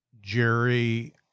Jerry